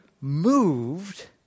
moved